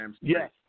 yes